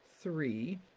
three